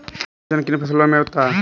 पर्ण कुंचन किन फसलों में होता है?